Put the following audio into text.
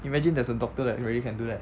imagine there's a doctor that really can do that